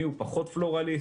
מי הוא פחות פלורליסט.